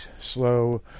slow